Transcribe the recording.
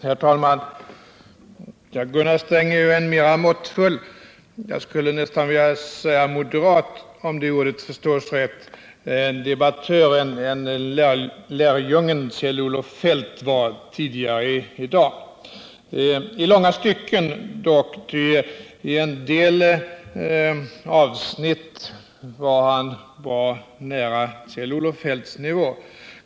Herr talman! Gunnar Sträng är en mera måttfull, jag skulle nästan vilja säga moderat — om det ordet förstås rätt — debattör än lärjungen Kjell-Olof Feldt vartidigare i dag. I långa stycken av en del avsnitt var han dock bra nära Kjell Olof Feldts nivå.